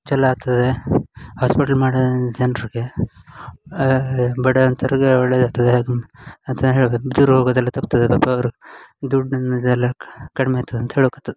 ಚಲೋ ಆಗ್ತದೆ ಹಾಸ್ಪಿಟ್ಲ್ ಮಾಡುದಿಂದ್ರ್ ಜನ್ರಿಗೆ ಬಡ ಅಂತೋರಿಗೆ ಒಳ್ಳೆಯದಾಗ್ತದೆ ಅದು ಅಂತ ನಾ ರೋಗದಲ್ಲಿ ತಪ್ತದೆ ಪಾಪ ಅವರು ದುಡ್ಡು ಎನ್ನುವುದೆಲ್ಲ ಕಡಿಮೆ ಇತ್ತುದು ಅಂತ ಹೇಳುಕಾತದೆ